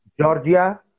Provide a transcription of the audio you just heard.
Georgia